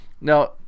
Now